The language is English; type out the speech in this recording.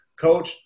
coach